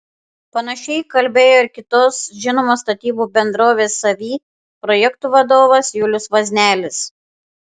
panašiai kalbėjo ir kitos žinomos statybų bendrovės savy projektų vadovas julius vaznelis